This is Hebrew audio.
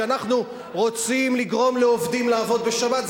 שאנחנו רוצים לגרום לעובדים לעבוד בשבת.